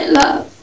love